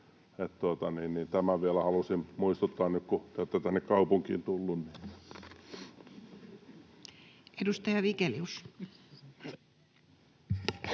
Tämän vielä halusin muistuttaa, nyt kun te olette tänne kaupunkiin tullut. [Speech